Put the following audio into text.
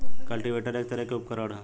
cultivator एक तरह के उपकरण ह